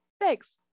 Thanks